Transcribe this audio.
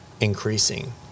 increasing